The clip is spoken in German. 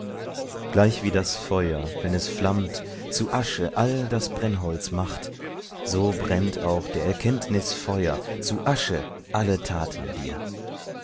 gleichwie das feuer wenn es flammt zu asche all das brennholz macht so brennt auch der erkenntnis feu'r zu asche alle taten dir